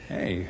Hey